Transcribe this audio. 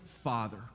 Father